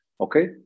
Okay